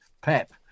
Pep